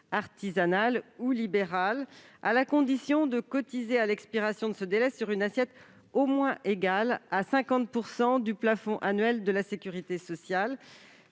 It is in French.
limitation de cinq ans, à la condition qu'elles cotisent, à l'expiration de ce délai, sur une assiette au moins égale à 50 % du plafond annuel de la sécurité sociale,